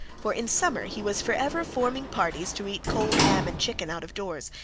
for in summer he was for ever forming parties to eat cold ham and chicken out of doors,